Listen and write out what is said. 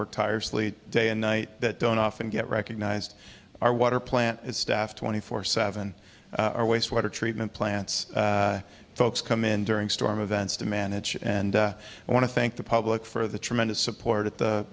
work tirelessly day and night that don't often get recognized our water plant is staffed twenty four seven are wastewater treatment plants folks come in during storm events to manage and i want to thank the public for the tremendous support at the